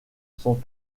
sont